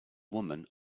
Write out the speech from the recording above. woman